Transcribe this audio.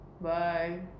Bye